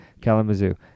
Kalamazoo